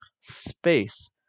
space